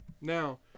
now